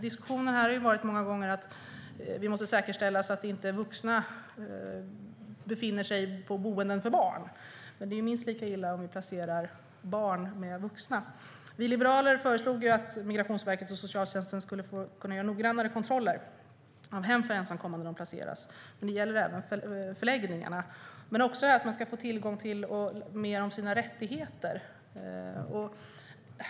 Diskussionen här har många gånger varit att vi måste säkerställa att inte vuxna befinner sig på boenden för barn, men det är ju minst lika illa om barn placeras tillsammans med vuxna. Vi liberaler föreslog att Migrationsverket och socialtjänsten skulle kunna göra noggrannare kontroller av hem där ensamkommande placeras, men det gäller även förläggningarna. Vi föreslog också att de ska få veta mer om sina rättigheter.